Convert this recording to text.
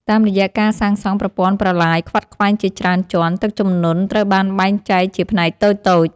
តាមរយៈការសាងសង់ប្រព័ន្ធប្រឡាយខ្វាត់ខ្វែងជាច្រើនជាន់ ទឹកជំនន់ត្រូវបានបែងចែកជាផ្នែកតូចៗ។